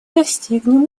достигнем